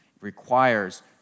requires